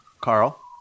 Carl